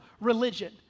religion